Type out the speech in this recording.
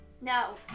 No